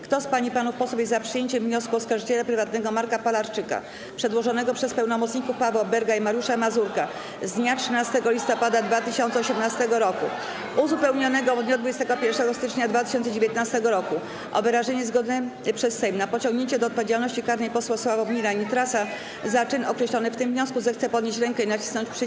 Kto z pań i panów posłów jest za przyjęciem wniosku oskarżyciela prywatnego Marka Palarczyka przedłożonego przez pełnomocników Pawła Berga i Mariusza Mazurka z dnia 13 listopada 2018 r., uzupełnionego w dniu 21 stycznia 2019 r., o wyrażenie zgody przez Sejm na pociągnięcie do odpowiedzialności karnej posła Sławomira Nitrasa za czyn określony w tym wniosku, zechce podnieść rękę i nacisnąć przycisk.